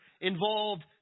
involved